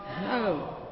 No